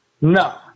No